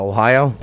Ohio